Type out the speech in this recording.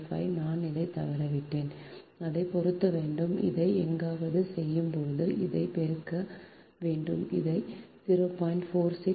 4605 நான் அதை தவறவிட்டேன் அதை பெருக்க வேண்டும் இதை எங்காவது செய்யும் போது இதை பெருக்க வேண்டும் இதை 0